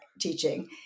teaching